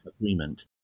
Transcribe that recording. agreement